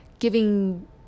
Giving